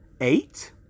eight